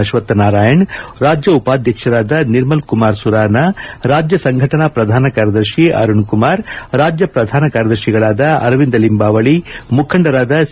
ಅಶ್ವಥನಾರಾಯಣ ರಾಜ್ಯ ಉಪಾಧ್ಯಕ್ಷರಾದ ನಿರ್ಮಲ್ ಕುಮಾರ್ ಸುರಾನ ರಾಜ್ಯ ಸಂಘಟನಾ ಪ್ರಧಾನ ಕಾರ್ಯದರ್ಶಿ ಅರುಣ್ ಕುಮಾರ್ ರಾಜ್ಯ ಪ್ರಧಾನ ಕಾರ್ಯದರ್ಶಿಗಳಾದ ಅರವಿಂದ ಲಿಂಬಾವಳಿ ಮುಖಂಡರಾದ ಸಿ